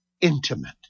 intimate